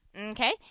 Okay